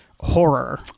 Horror